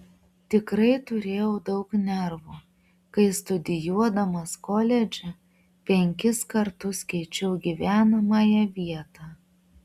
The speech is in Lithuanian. tikrai turėjau daug nervų kai studijuodamas koledže penkis kartus keičiau gyvenamąją vietą